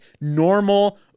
normal